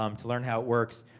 um to learn how it works.